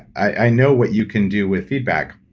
i know what you can do with feedback.